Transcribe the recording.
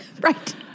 Right